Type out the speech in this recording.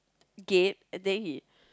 gate and then he